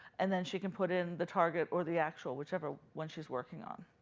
and then she can put in the target or the actual, whichever one she's working on.